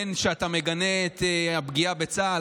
אתה מגנה את הפגיעה בצה"ל,